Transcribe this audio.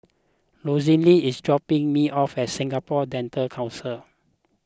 Rosalind is dropping me off at Singapore Dental Council